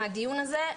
מהדיון הזה,